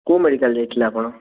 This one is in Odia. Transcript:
କେଉଁ ମେଡ଼ିକାଲ ଯାଇଥିଲେ ଆପଣ